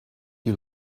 you